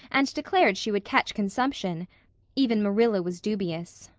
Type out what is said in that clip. and declared she would catch consumption even marilla was dubious.